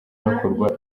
hakorerwa